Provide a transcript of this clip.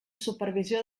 supervisió